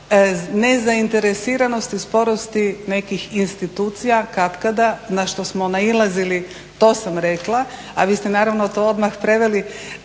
Nezainteresiranosti, sporosti nekih institucija katkada na što smo nailazili, to sam rekla. A vi ste naravno to odmah preveli